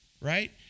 right